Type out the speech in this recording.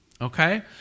Okay